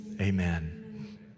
amen